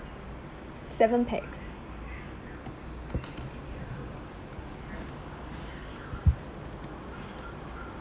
seven pax